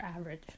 average